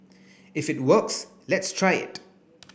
if it works let's try it